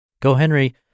GoHenry